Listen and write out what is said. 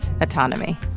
Autonomy